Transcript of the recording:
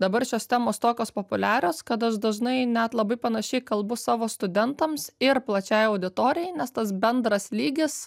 dabar šios temos tokios populiarios kad aš dažnai net labai panašiai kalbu savo studentams ir plačiajai auditorijai nes tas bendras lygis